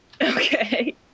Okay